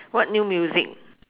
what new music